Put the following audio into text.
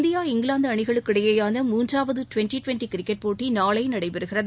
India இங்கிலாந்துக்கு அணிகளுக்கு இடையேயான மூன்றாவது டுவெண்ட்டி டுவெண்டி கிரிக்கெட் போட்டி நாளை நடைபெறுகிறது